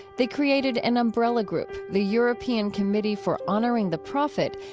they created an umbrella group, the european committee for honoring the prophet,